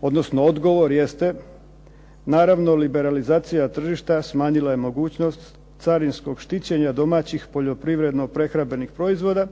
odnosno odgovor jeste, naravno liberalizacija tržišta smanjila je mogućnost carinskog štićenja domaćih poljoprivredno-prehrambenih proizvoda